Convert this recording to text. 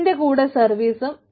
അതിന്റെകൂടെ സർവീസും